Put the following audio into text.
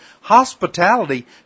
hospitality